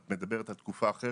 את מדברת על תקופה אחרת,